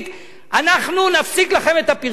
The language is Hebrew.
אנחנו נפסיק לכם את הפרסומות?